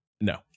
No